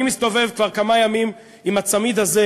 אני מסתובב כבר כמה ימים עם הצמיד הזה